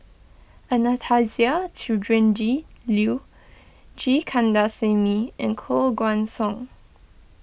Anastasia Tjendri Liew G Kandasamy and Koh Guan Song